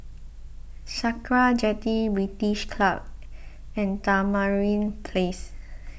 Sakra Jetty British Club and Tamarind Place